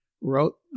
wrote